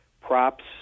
props